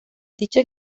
dicho